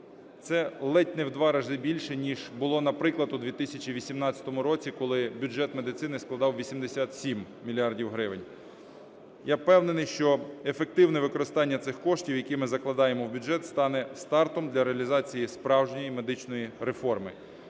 Це ледь не в два рази більше, ніж було, наприклад, у 2018 році, коли бюджет медицини складав 87 мільярдів гривень. Я впевнений, що ефективне використання цих коштів, які ми закладаємо в бюджет, стане стартом для реалізації справжньої медичної реформи.